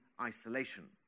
isolation